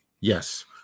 yes